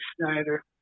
Schneider